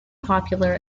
popular